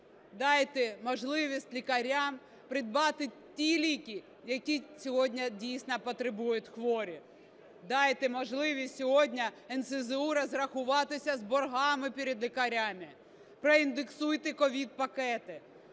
Дайте можливість лікарям придбати ті ліки, які сьогодні дійсно потребують хворі. Дайте можливість сьогодні НСЗУ розрахуватися з боргами перед лікарями, проіндексуйте COVID-пакети.